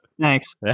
thanks